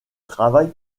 travaille